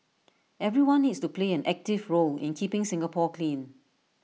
everyone needs to play an active role in keeping Singapore clean